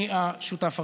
אני השותף הראשון.